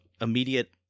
immediate